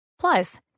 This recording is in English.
Plus